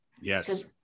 Yes